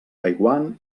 taiwan